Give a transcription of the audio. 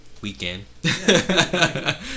weekend